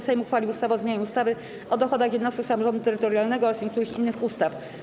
Sejm uchwalił ustawę o zmianie ustawy o dochodach jednostek samorządu terytorialnego oraz niektórych innych ustaw.